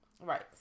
Right